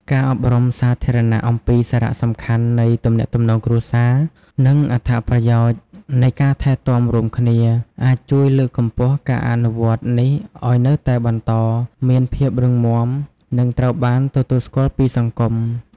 ការអប់រំសាធារណៈអំពីសារៈសំខាន់នៃទំនាក់ទំនងគ្រួសារ និងអត្ថប្រយោជន៍នៃការថែទាំរួមគ្នាអាចជួយលើកកម្ពស់ការអនុវត្តន៍នេះឱ្យនៅតែបន្តមានភាពរឹងមាំ និងត្រូវបានទទួលស្គាល់ពីសង្គម។